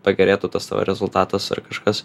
pagerėtų tas tavo rezultatas ar kažkas